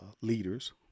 leaders